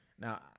Now